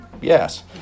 Yes